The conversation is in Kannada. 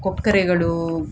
ಕೊಕ್ಕರೆಗಳು